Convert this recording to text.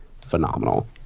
phenomenal